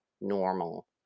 normal